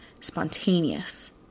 spontaneous